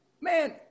Man